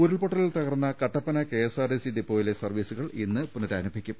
ഉരുൾപൊട്ടലിൽ തകർന്ന Kattappana KSRTC ഡിപ്പോയിലെ സർവ്വീസുകൾ ഇന്ന് പുനരാരംഭിക്കും